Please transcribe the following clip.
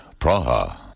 Praha